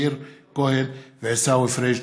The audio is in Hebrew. מאיר כהן ועיסאווי פריג'